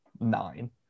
nine